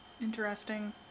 Interesting